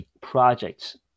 Projects